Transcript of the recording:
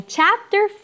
Chapter